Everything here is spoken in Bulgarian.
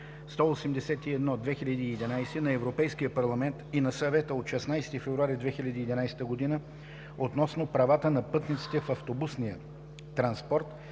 181/2011 на Европейския парламент и на Съвета от 16 февруари 2011 г. относно правата на пътниците в автобусния транспорт